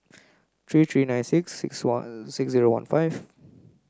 three three nine six six one six zero one five